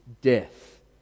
death